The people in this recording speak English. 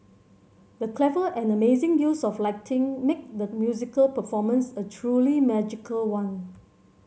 the clever and amazing use of lighting made the musical performance a truly magical one